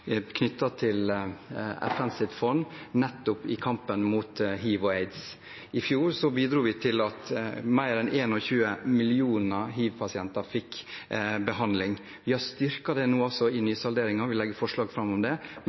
til Det globale fondet for bekjempelse av aids, tuberkulose og malaria. I fjor bidro vi til at mer enn 21 millioner hivpasienter fikk behandling. Vi har styrket det nå også i nysalderingen, vi legger fram forslag om det,